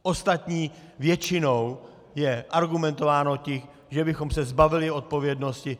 Ostatně většinou je argumentováno tím, že bychom se zbavili odpovědnosti.